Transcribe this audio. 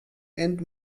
and